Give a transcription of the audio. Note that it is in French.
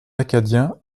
acadiens